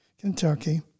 Kentucky